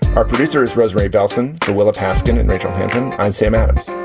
our producer is rosemary bellson and willa paskin and natural passion. i'm sam adams.